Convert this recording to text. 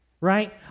right